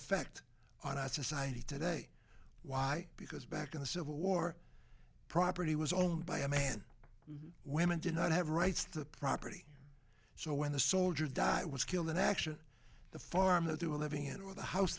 effect on our society today why because back in the civil war property was owned by a man women do not have rights the property so when the soldiers die was killed in action the farm that they were living in or the house